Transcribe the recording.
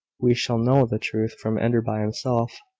we shall know the truth from enderby himself,